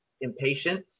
impatience